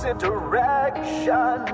interaction